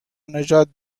نژاد